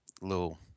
little